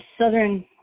Southern